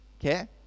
Okay